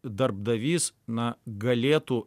darbdavys na galėtų